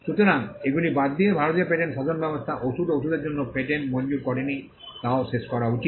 সুতরাং এগুলি বাদ দিয়ে ভারতীয় পেটেন্ট শাসনব্যবস্থা ওষুধ ও ওষুধের জন্য পণ্য পেটেন্ট মঞ্জুর করেনি তাও শেষ করা উচিত